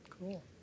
cool